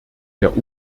der